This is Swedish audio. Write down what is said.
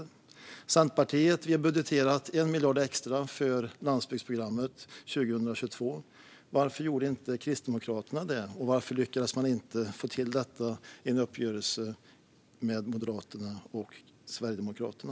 Vi i Centerpartiet har budgeterat 1 miljard extra för landsbygdsprogrammet 2022. Varför gjorde inte Kristdemokraterna det, och varför lyckades man inte få till detta i en uppgörelse med Moderaterna och Sverigedemokraterna?